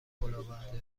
کلاهبرداری